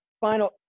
final